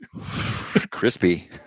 Crispy